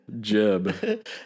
Jeb